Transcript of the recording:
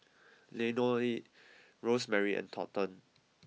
Leonie Rosemary and Thornton